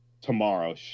tomorrow